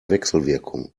wechselwirkung